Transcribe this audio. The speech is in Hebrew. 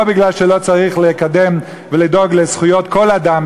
לא בגלל שלא צריך לקדם זכויות כל אדם,